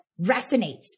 resonates